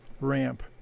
ramp